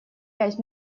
пять